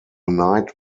night